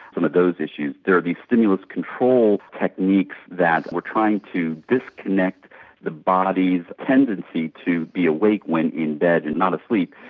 and of those issues. there are the stimulus control techniques that we are trying to disconnect the body's tendency to be awake when in bed and not sleep.